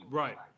right